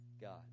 God